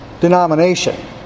denomination